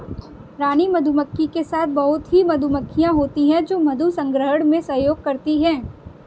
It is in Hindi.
रानी मधुमक्खी के साथ बहुत ही मधुमक्खियां होती हैं जो मधु संग्रहण में सहयोग करती हैं